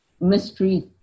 mystery